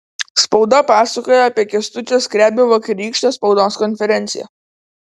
spauda pasakoja apie kęstučio skrebio vakarykštę spaudos konferenciją